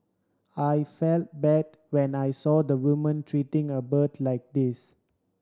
I felt bad when I saw the woman treating a bird like this